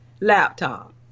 laptop